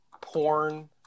porn